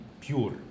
pure